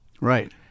Right